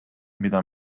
mida